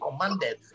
commanded